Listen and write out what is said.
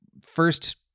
first